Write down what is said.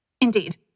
Indeed